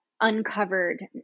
uncovered